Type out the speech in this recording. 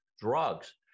drugs